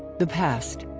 the past.